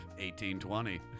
1820